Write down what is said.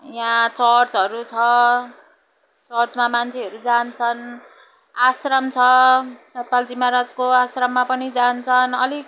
यहाँ चर्चहरू छ चर्चमा मान्छेहरू जान्छन् आश्रम छ सतपालजी महाराजको आश्रममा पनि जान्छन् अलिक